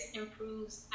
improves